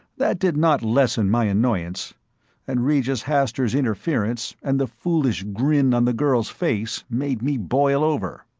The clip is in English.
that did not lessen my annoyance and regis hastur's interference, and the foolish grin on the girl's face, made me boil over.